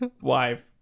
wife